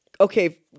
okay